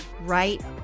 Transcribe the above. right